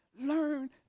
Learn